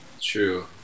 True